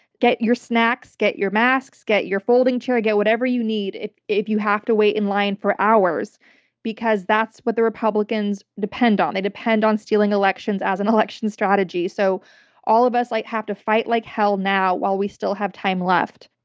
get your snacks, get your masks, get your folding chair, get whatever you need if if you have to wait in line for hours because that's what the republicans depend on. they depend on stealing elections as an election strategy, so all of us like have to fight like hell now while we still have time left.